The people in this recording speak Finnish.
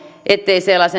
ettei sellaisen